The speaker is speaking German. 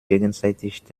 gegenseitig